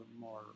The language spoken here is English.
more